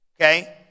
Okay